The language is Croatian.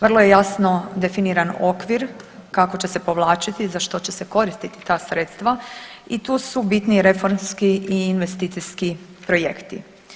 Vrlo je jasno definiran okvir kako će se povlačiti, za što će se koristiti ta sredstva i tu su bitni reformski i investicijski projekti.